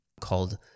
called